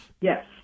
Yes